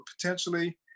potentially